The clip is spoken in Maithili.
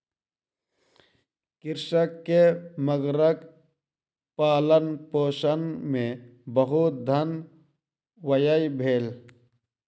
कृषक के मगरक पालनपोषण मे बहुत धन व्यय भेल